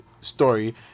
story